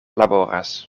laboras